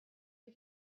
you